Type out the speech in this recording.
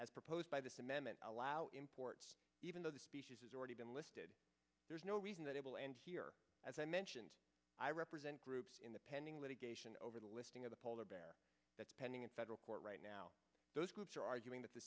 and as proposed by this amendment allow imports even though the species has already been listed there's no reason that it will end here as i mentioned i represent groups in the pending litigation over the listing of the polar bear that's pending in federal court right now those groups are arguing that the